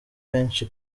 benshi